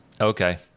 Okay